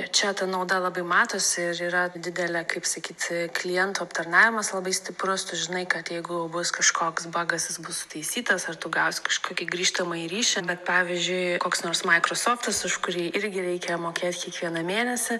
čia ta nauda labai matosi ir yra didelė kaip sakyt klientų aptarnavimas labai stiprus tu žinai kad jeigu bus kažkoks bagas jis bus sutaisytas ar tu gausi kažkokį grįžtamąjį ryšį bet pavyzdžiui koks nors microsoftas už kurį irgi reikia mokėti kiekvieną mėnesį